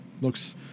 Looks